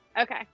okay